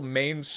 main